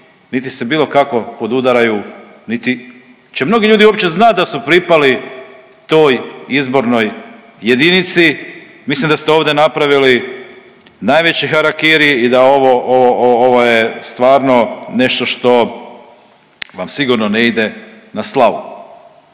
niti se bilo kako podudaraju niti će mnogi ljudi uopće znati da su pripali toj izbornoj jedinici, mislim da ste ovdje napravili najveći harakiri i da ovo, ovo, ovo je stvarno nešto što vam sigurno ne ide na slavu.